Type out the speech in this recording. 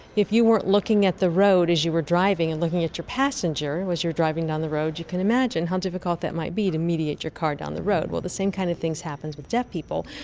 if you weren't looking at the road as you were driving and looking at your passenger as you're driving down the road, you can imagine how difficult that might be, to mediate your car down the road. well, the same kinds of things happen with deaf people,